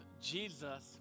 Jesus